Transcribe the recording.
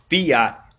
fiat